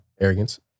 Arrogance